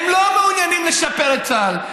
הם לא מעוניינים לשפר את צה"ל,